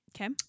Okay